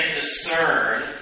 discern